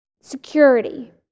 security